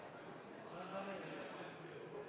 er det eg